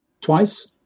twice